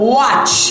watch